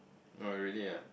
no really ah